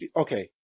Okay